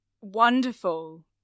wonderful